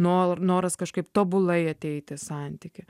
no noras kažkaip tobulai ateiti į santykį